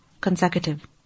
consecutive